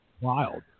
wild